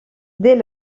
dès